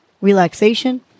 relaxation